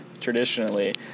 traditionally